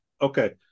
Okay